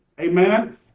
Amen